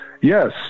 Yes